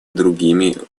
другими